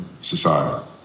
society